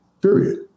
Period